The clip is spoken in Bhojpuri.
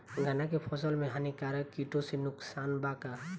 गन्ना के फसल मे हानिकारक किटो से नुकसान बा का?